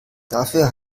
dafür